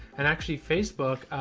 and actually facebook,